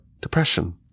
depression